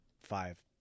five